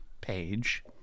page